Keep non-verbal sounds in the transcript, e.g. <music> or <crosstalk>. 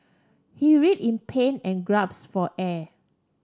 he writhed in pain and <unintelligible> for air